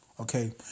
Okay